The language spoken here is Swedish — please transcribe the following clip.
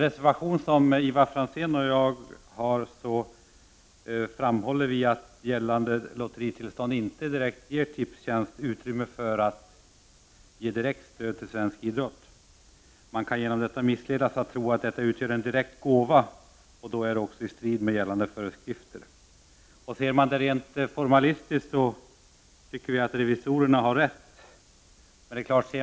I reservation 2, som Ivar Franzén och jag har framställt, framhåller vi att gällande lotteritillstånd inte direkt ger Tipstjänst utrymme för ett direkt stöd till svensk idrott. Därigenom kan man missledas att tro att det handlar om en direkt gåva — och då skulle det ju stå i strid med gällande föreskrifter. Rent formalistiskt har, tycker vi, riksdagens revisorer rätt.